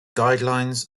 guidelines